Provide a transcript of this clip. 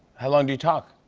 how long do you talk?